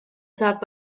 saab